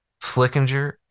Flickinger